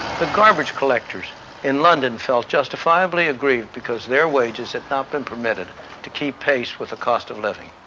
the garbage collectors in london felt justifiably aggrieved because their wages had not been permitted to keep pace with the cost of living.